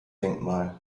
denkmal